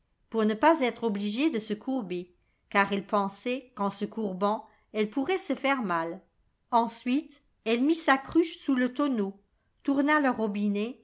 pour ne pas être obligée de se courber car elle pensait qu'en se courbant elle pourrait se faire mal ensuite elle mit sa cruche sous le tonneau tourna le robinet